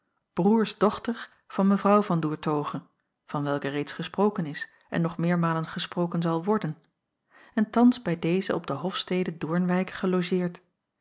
doertoghe broêrsdochter van mw van doertoghe van welke reeds gesproken is en nog meermalen gesproken zal worden en thans bij deze op de hofstede doornwijck gelogeerd